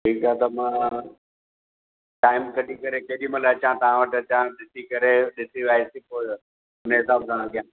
ठीकु आहे त मां टाइम कढी करे केॾी महिल अचां तव्हां वटि अचां ॾिसी करे ॾिसी वायसी पोइ उन हिसाब सां कयां